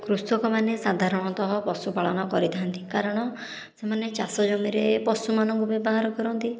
କୃଷକମାନେ ସାଧାରଣତଃ ପଶୁପାଳନ କରିଥାନ୍ତି କାରଣ ସେମାନେ ଚାଷ ଜମିରେ ପଶୁମାନଙ୍କୁ ବ୍ୟବହାର କରନ୍ତି